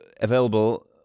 available